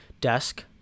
desk